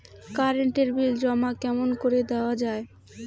Current এর bill জমা কেমন করি দেওয়া যায়?